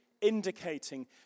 indicating